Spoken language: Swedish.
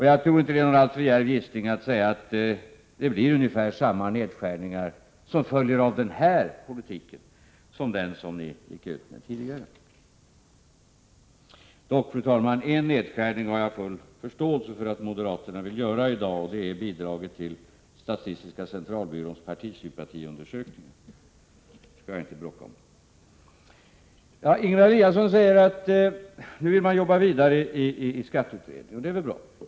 Jag tror inte att det är en alltför djärv gissning att säga att ungefär samma nedskärningar följer av denna politik som av den politik ni gick ut med tidigare. Fru talman! En nedskärning har jag dock full förståelse för att moderaterna vill göra. Det gäller bidraget till statistiska centralbyråns partisympatiundersökningar. Det skall jag inte bråka om. Ingemar Eliasson säger att man vill arbeta vidare i skatteutredningen. Det är väl bra.